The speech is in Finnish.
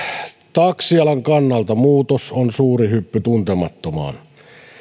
taksialan kannalta muutos on suuri hyppy tuntemattomaan